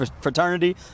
fraternity